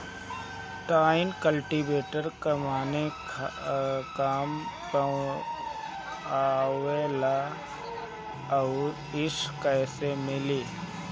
Tine cultivator कवने काम आवेला आउर इ कैसे मिली?